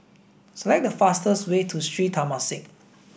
select the fastest way to Sri Temasek